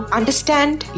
understand